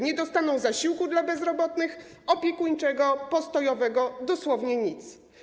Nie dostaną zasiłku dla bezrobotnych, opiekuńczego, postojowego, dosłownie nic.